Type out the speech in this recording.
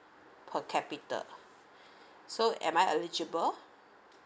per capita so am I eligible